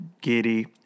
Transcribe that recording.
giddy